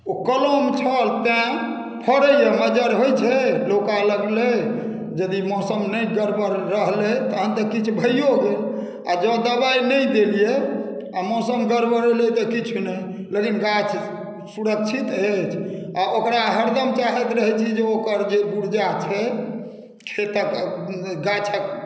ओ कलम छल तैँ फड़ैया मज्जर होइ छै लौका लगलै यदि मौसम नहि गड़बड़ रहलै तहन तऽ किछु भय्यो गेल आ जँ दवाइ नहि देलियै आ मौसम गड़बड़ेलै तऽ किछु नहि लेकिन गाछ सुरक्षित अछि आ ओकरा हरदम चाहैत रहै छी जे ओकर जे गुर्जा छै खेतक गाछक